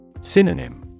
Synonym